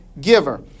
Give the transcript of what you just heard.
giver